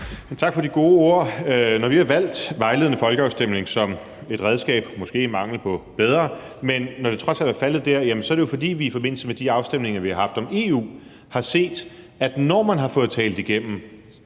Tak for de gode ord. Vi har valgt vejledende folkeafstemning som et redskab, måske i mangel af bedre, men når valget trods alt er faldet på det, er det jo, fordi vi i forbindelse med de afstemninger, vi har haft om EU, har set, at man – når man har fået talt det igennem,